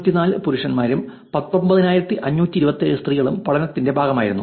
18294 പുരുഷന്മാരും 19527 സ്ത്രീകളും പഠനത്തിന്റെ ഭാഗമായിരുന്നു